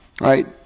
Right